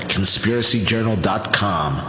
ConspiracyJournal.com